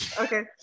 Okay